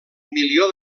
milió